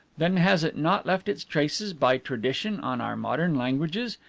then has it not left its traces by tradition on our modern languages,